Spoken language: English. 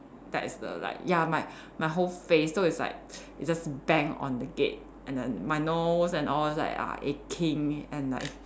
that's the like ya my my whole face so it's like it just bang on the gate and then my nose and all it's like are aching and like